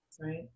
right